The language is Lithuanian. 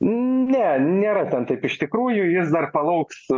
ne nėra ten taip iš tikrųjų jis dar palauks